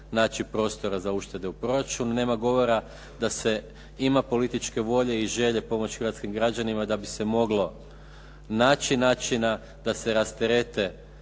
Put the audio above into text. naći prostora za uštede u proračunu, nema govora da se ima političke volje i želje pomoći hrvatskim građanima da bi se moglo naći načina da se rasterete